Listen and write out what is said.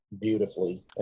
beautifully